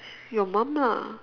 your mom lah